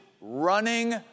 running